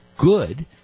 good